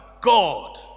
God